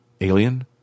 Alien